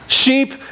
Sheep